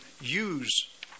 use